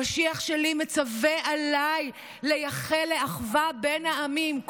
המשיח שלי מצווה עליי לייחל לאחווה בין העמים,